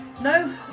No